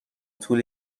طول